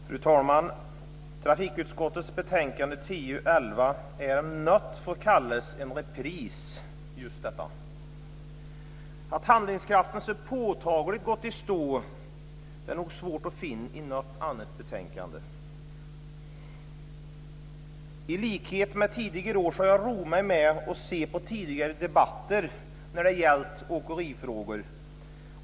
Fru talman! Trafikutskottets betänkande TU11 om något får kallas en repris - just detta. Att handlingskraften så påtagligt gått i stå är nog svårt att finna i något annat betänkande. I likhet med tidigare år har jag roat mig med att se på tidigare debatter när det gäller åkerifrågorna.